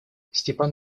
степан